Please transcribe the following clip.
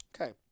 okay